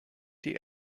die